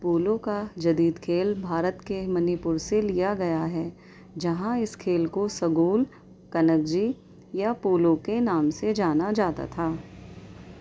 polo کا جدید کھیل بھارت کے منی پور سے لیا گیا ہے جہاں اس کھیل کو سگول کنگجی یا پولو کے نام سے جانا جاتا تھا